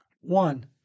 One